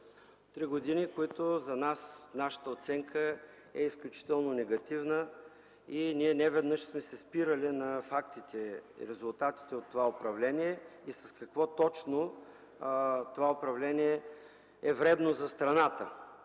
Три години, за които нашата оценка е изключително негативна и ние неведнъж сме се спирали на фактите и резултатите от това управление, с какво точно това управление е вредно за страната.